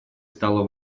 стало